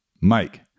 Mike